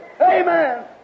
Amen